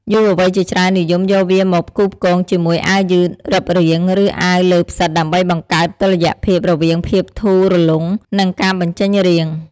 យុវវ័យជាច្រើននិយមយកវាមកផ្គូផ្គងជាមួយអាវយឺតរឹបរាង ឬអាវលើផ្សិតដើម្បីបង្កើតតុល្យភាពរវាងភាពធូររលុង និងការបញ្ចេញរាង។